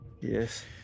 yes